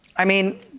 i mean,